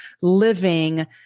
living